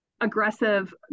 aggressive